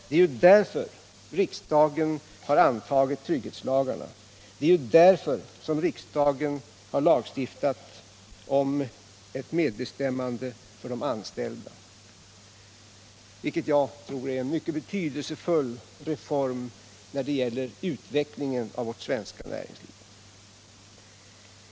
Det är därför riksdagen har antagit trygghetslagarna, det är därför riksdagen har lagstiftat om ett medbestämmande för de anställda, vilket jag tror är en mycket betydelsefull reform när det gäller utvecklingen av vårt svenska näringsliv.